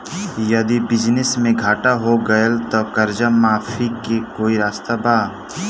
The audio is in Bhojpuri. यदि बिजनेस मे घाटा हो गएल त कर्जा माफी के कोई रास्ता बा?